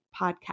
podcast